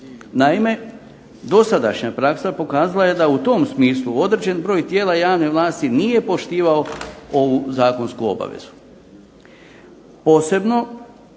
Naime, dosadašnja praksa pokazala je da u tom smislu određen broj tijela javne vlasti nije poštivao ovu zakonsku obavezu. Posebno